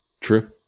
true